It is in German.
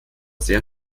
sehr